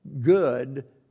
good